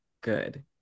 good